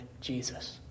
Jesus